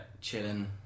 chilling